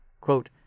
Quote